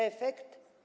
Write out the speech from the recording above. Efekt?